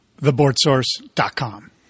Theboardsource.com